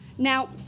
Now